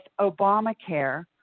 Obamacare